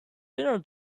dinner